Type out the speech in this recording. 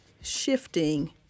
shifting